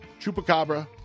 Chupacabra